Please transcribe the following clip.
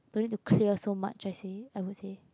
going to clear so much I say I would say